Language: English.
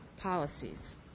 policies